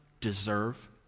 deserve